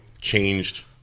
changed